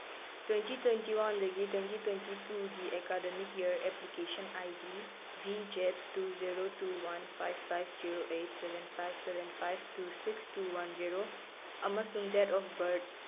twenty twenty ꯋꯥꯟꯗꯒꯤ twenty twenty ꯇꯨꯒꯤ academic year application I D V Z two zero two one five five zero eight seven five seven five two six two one zero ꯑꯃꯁꯨꯡ date of birth